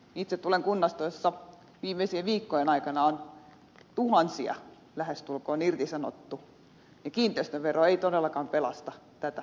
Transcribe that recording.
itse tulen kunnasta jossa viimeisien viikkojen aikana on lähestulkoon tuhansia irtisanottu ja kiinteistövero ei todellakaan pelasta tätä sarkaa